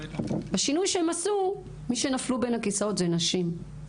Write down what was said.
השינוי שהם עשו מי שנפלו בין הכיסאות זה נשים.